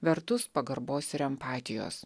vertus pagarbos ir empatijos